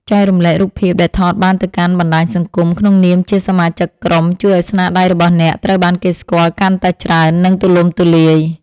ចែករំលែករូបភាពដែលថតបានទៅកាន់បណ្តាញសង្គមក្នុងនាមជាសមាជិកក្រុមជួយឱ្យស្នាដៃរបស់អ្នកត្រូវបានគេស្គាល់កាន់តែច្រើន និង ទូលំទូលាយ។